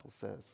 says